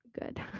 good